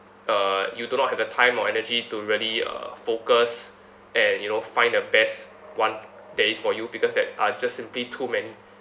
uh you do not have the time or energy to really uh focus and you know find the best one that is for you because there are just simply too many